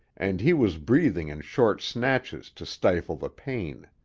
and he was breathing in short snatches to stifle the pain.